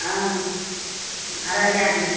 हम अररिया जिला